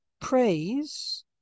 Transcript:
praise